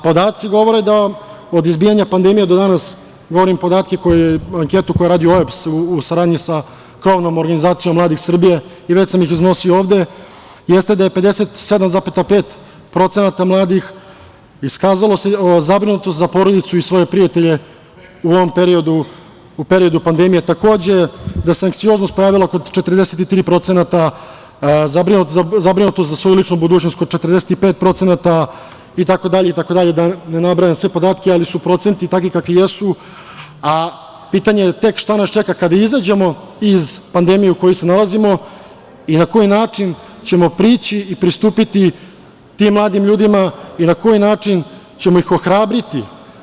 Podaci govore da od izbijanja pandemije do danas, govorim podatke iz ankete koju je radio OEBS, u saradnji sa Krovnom organizacijom mladih Srbije, i već sam ih iznosio ovde, jeste da je 57,5% mladih iskazalo zabrinutost za porodicu i svoje prijatelje u ovom periodu, u periodu pandemije takođe, da se anksioznost pojavila kod 43%, zabrinutost za svoju ličnu budućnost kod 45% itd, da ne nabrajam sve podatke, ali su procenti takvi kakvi jesu, a pitanje je tek šta nas čeka kada izađemo iz pandemije u kojoj se nalazimo i na koji način ćemo prići i pristupiti tim mladim ljudima i na koji način ćemo ih ohrabriti.